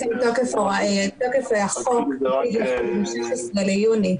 תוקף החוק עתיד לפוג ב-16 ביוני.